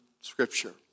Scripture